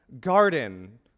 garden